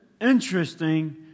interesting